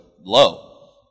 low